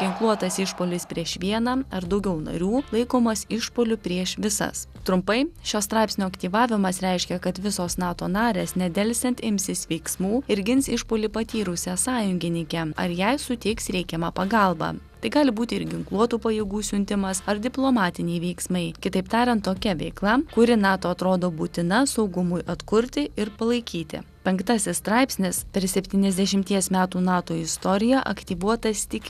ginkluotas išpuolis prieš vieną ar daugiau narių laikomas išpuoliu prieš visas trumpai šio straipsnio aktyvavimas reiškia kad visos nato narės nedelsiant imsis veiksmų ir gins išpuolį patyrusią sąjungininkę ar jai suteiks reikiamą pagalbą tai gali būti ir ginkluotų pajėgų siuntimas ar diplomatiniai veiksmai kitaip tariant tokia veikla kuri nato atrodo būtina saugumui atkurti ir palaikyti penktasis straipsnis per septyniasdešimties metų nato istorija aktyvuotas tik